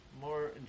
more